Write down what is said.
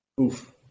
Oof